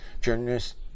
Journalist